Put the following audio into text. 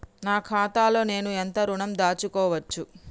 నా ఖాతాలో నేను ఎంత ఋణం దాచుకోవచ్చు?